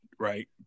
right